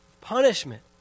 punishment